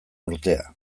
urtea